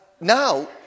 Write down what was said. now